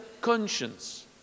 conscience